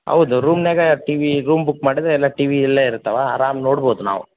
ಹೌದು ರೂಮ್ನ್ನಾಗ T V room book ಮಾಡಿದ್ರೆ ಎಲ್ಲ ಟಿ ವಿ ಎಲ್ಲ ಇರ್ತವೆ ಆರಾಮ ನೋಡ್ಬೋದು ನಾವು